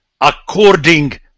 according